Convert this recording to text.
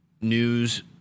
news